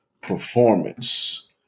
performance